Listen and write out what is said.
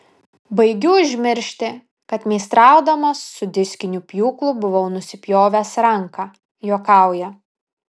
baigiu užmiršti kad meistraudamas su diskiniu pjūklu buvau nusipjovęs ranką juokauja